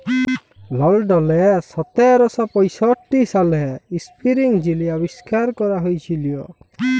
লল্ডলে সতের শ পঁয়ষট্টি সালে ইস্পিলিং যিলি আবিষ্কার ক্যরা হঁইয়েছিল